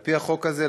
על-פי החוק הזה,